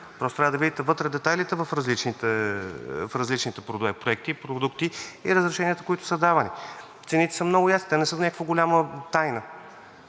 Просто трябва да видите вътре детайлите в различните проекти, продукти и разрешенията, които са давани. Цените са много ясни, те не са някаква голяма тайна